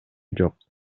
жок